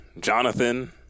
Jonathan